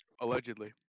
Allegedly